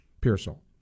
Pearsall